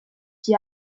qui